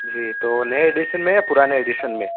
جی تو نئے ایڈیشن میں ہے یا پرانے ایڈیشن میں